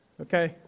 okay